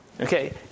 Okay